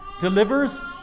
delivers